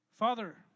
Father